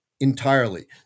entirely